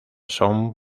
son